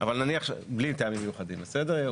בלי זה, בסדר?